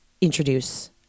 introduce